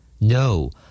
No